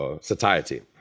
satiety